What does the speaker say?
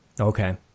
Okay